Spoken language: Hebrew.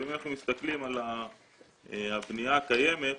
אם אנחנו מסתכלים על הבנייה הקיימת,